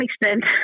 extent